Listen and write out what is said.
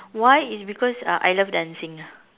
why is because uh I love dancing ah